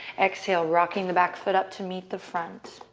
exhale, rocking the back foot up to meet the front.